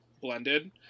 blended